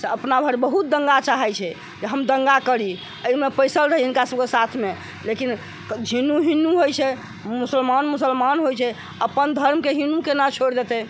से अपना भरि बहुत दंगा चाहै छै जे हम दंगा करी एहिमे पैसल रहै इनका सबके साथ मे लेकिन हिन्दू हिन्दू होइ छै मुसलमान मुसलमान होइ छै अपन धर्म के हिन्दू केना छोड़ि देतै